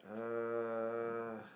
uh